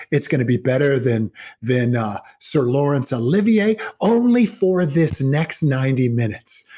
it's going to be better than than sir laurence olivier only for this next ninety minutes,